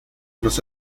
los